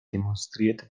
demonstrierte